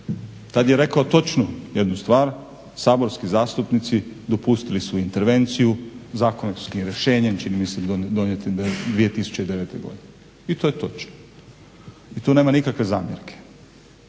Tada je rekao točno jednu stvar, saborski zastupnici dopustili su intervenciju zakonskim rješenjem čini mi se donijetim 2009. godine i to je točno i tu nema nikakve zamjerke.